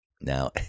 Now